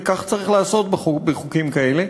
וכך צריך לעשות בחוקים כאלה.